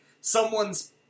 someone's